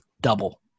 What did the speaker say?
double